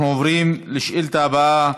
אנחנו עוברים לשאילתה הבאה,